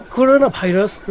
Coronavirus